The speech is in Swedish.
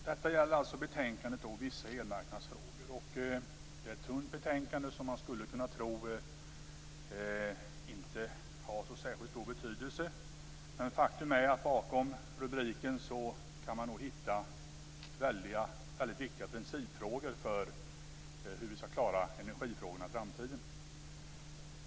Fru talman! Detta betänkande gäller vissa elmarknadsfrågor. Det är ett tunt betänkande som man skulle kunna tro inte har så särskilt stor betydelse. Men faktum är att bakom rubriken kan man hitta väldigt viktiga principfrågor när det gäller hur vi skall klara energifrågorna i framtiden.